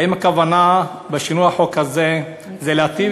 האם הכוונה בשינוי החוק הזה היא להיטיב